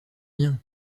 rien